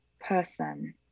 person